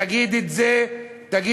תגיד את זה דוגרי.